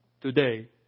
today